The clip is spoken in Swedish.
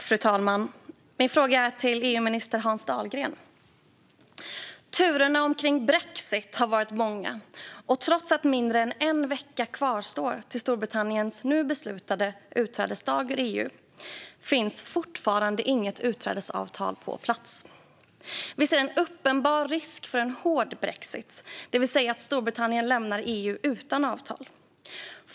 Fru talman! Min fråga går till EU-minister Hans Dahlgren. Turerna kring brexit har varit många. Trots att mindre än en vecka kvarstår till Storbritanniens nu beslutade utträdesdag ur EU finns fortfarande inget utträdesavtal på plats. Vi ser en uppenbar risk för en hård brexit, det vill säga att Storbritannien lämnar EU utan avtal.